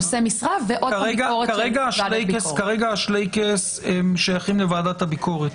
נושא משרה ועוד --- כרגע השלייקס הם שייכים לוועדת הביקורת.